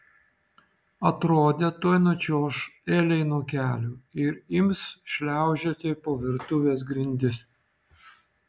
atrodė tuoj nučiuoš elei nuo kelių ir ims šliaužioti po virtuvės grindis